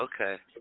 Okay